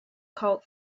colt